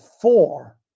four